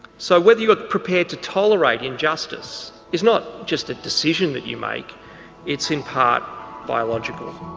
so whether you are prepared to tolerate injustice is not just a decision that you make it's in part biological.